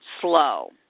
slow